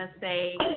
say